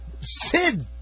Sid